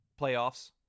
playoffs